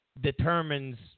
determines